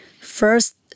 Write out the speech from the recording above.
First